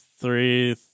three